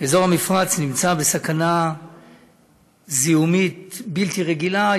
אזור המפרץ נמצא בסכנה זיהומית בלתי רגילה.